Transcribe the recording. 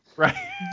right